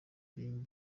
dream